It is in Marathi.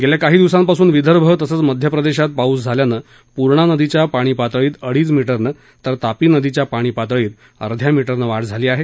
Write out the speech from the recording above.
गेल्या काही दिवसांपासून विदर्भ तसेच मध्यप्रदेशात पाऊस झाल्यानं पूर्णा नदीच्या पाणी पातळीत अडीच मीटरनं तर तापी नदीच्या पाणी पातळीत अध्या मीटरनं वाढ झाली आहे